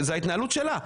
זאת ההתנהלות שלה.